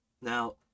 now